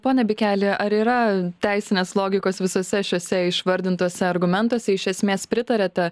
pone bikeli ar yra teisinės logikos visuose šiuose išvardintuose argumentuose iš esmės pritariate